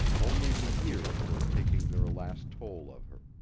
only the years were taking their last toll of her.